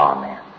Amen